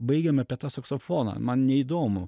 baigiam apie tą saksofoną man neįdomu